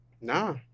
Nah